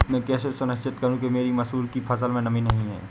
मैं कैसे सुनिश्चित करूँ कि मेरी मसूर की फसल में नमी नहीं है?